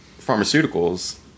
pharmaceuticals